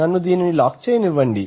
నన్ను దీనిని లాక్ చేయనివ్వండి